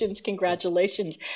Congratulations